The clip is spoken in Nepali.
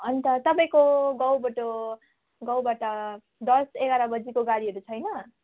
अन्त तपाईँको गाउँबाट गाउँबाट दस एघार बजेको गाडीहरू छैन